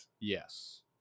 yes